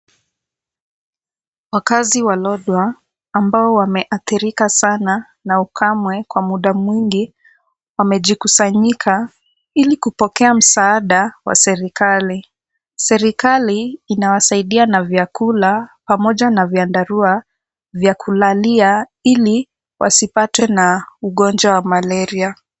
Wakaazi wa Lodwar ambao wameathirika sana na ukame kwa muda mwingi wamejikusanyika ili kupokea msaada wa serikali. Serikali inawasaidia na vyakula pamoja na vyandarua vya kulalia ili wasipatwe na ugonjwa wa malaria.